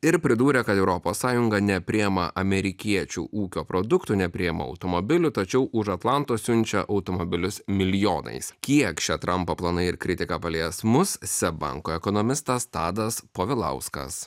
ir pridūrė kad europos sąjunga nepriima amerikiečių ūkio produktų nepriima automobilių tačiau už atlanto siunčia automobilius milijonais kiek šia trampo planai ir kritika palies mus seb banko ekonomistas tadas povilauskas